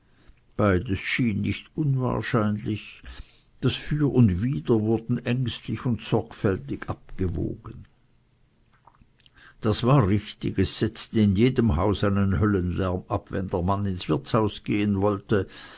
beides schien nicht unwahrscheinlich das für und wider wurden ängstlich und sorgfältig abgewogen das war richtig es setzte in jedem hause einen höllenlärm ab wenn der mann ins wirtshaus gehen wollte